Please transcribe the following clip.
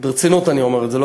ברצינות אני אומר את זה,